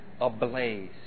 ablaze